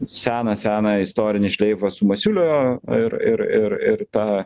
seną seną istorinį šleifą su masiulio ir ir ir ir ta